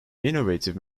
innovative